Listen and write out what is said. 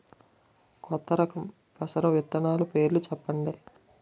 కొత్త రకం పెసర విత్తనాలు పేర్లు చెప్పండి?